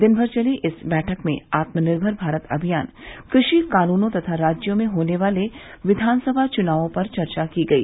दिनभर चली इस बैठक में आत्मनिर्भर भारत अभियान कृषि कानूनों तथा राज्यों में होने वाले विधानसभा चुनावों पर चर्चा की गई